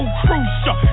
crucial